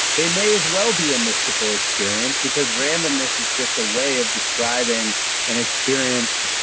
they may as well be a mystical experience, because randomness is just a way of describing an experience,